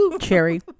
cherry